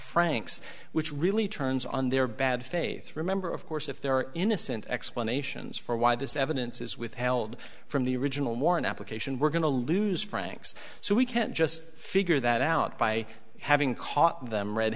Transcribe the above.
franks which really turns on their bad faith remember of course if there are innocent explanations for why this evidence is withheld from the original more an application we're going to lose franks so we can't just figure that out by having caught them red